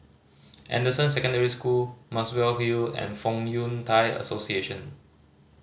Anderson Secondary School Muswell Hill and Fong Yun Thai Association